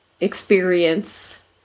experience